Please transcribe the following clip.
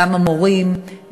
גם המורים.